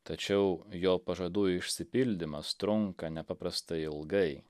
tačiau jo pažadų išsipildymas trunka nepaprastai ilgai